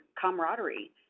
camaraderie